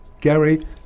Gary